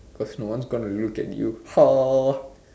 cause no one's going to look at you hor